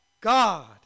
God